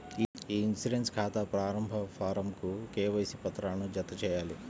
ఇ insurance ఖాతా ప్రారంభ ఫారమ్కు కేవైసీ పత్రాలను జతచేయాలి